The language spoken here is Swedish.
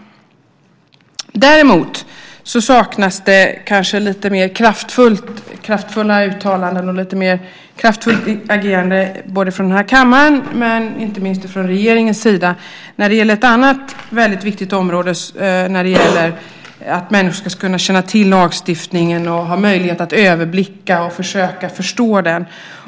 Däremot saknas kanske lite mer kraftfulla uttalanden och lite mer kraftfullt agerande från den här kammaren och inte minst från regeringens sida när det gäller ett annat väldigt viktigt område, nämligen att människor ska kunna känna till lagstiftningen och ha möjlighet att överblicka och försöka förstå den.